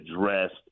addressed